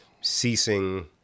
ceasing